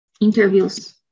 interviews